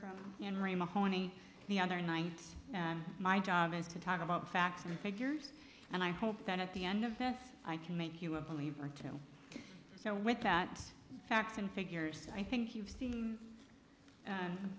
macone the other night and my job is to talk about facts and figures and i hope that at the end of this i can make you a believer tim so with that facts and figures i think you've seen